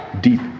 deep